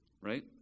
Right